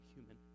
human